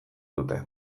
dute